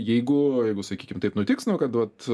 jeigu jeigu sakykim taip nutiks nu kad vat